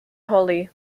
holí